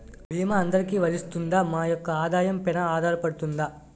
భీమా అందరికీ వరిస్తుందా? మా యెక్క ఆదాయం పెన ఆధారపడుతుందా?